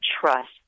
trust